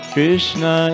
Krishna